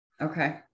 Okay